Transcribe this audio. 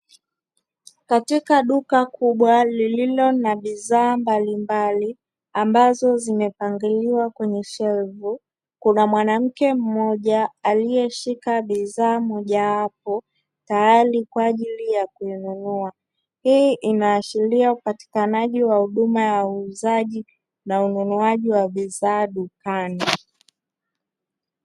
Katika duka kubwa lililo na bidhaa mbalimbali ambazo zimepangiliwa kwenye shelfu kuna mwanamke mmoja aliyeshika bidhaa mojawapo tayari kwa ajili ya kununua, hii inaashiria upatikanaji wa huduma ya uuzaji na ununuaji wa bidhaa dukani.